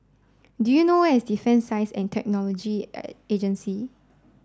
do you know where is Defence Science and Technology Agency